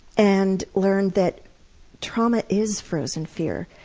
and learned that trauma is frozen fear.